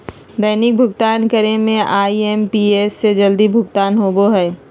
दैनिक भुक्तान करे में आई.एम.पी.एस से जल्दी भुगतान होबो हइ